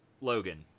Logan